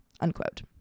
Unquote